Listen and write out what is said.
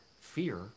Fear